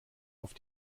auf